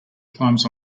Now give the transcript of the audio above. climbs